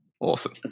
Awesome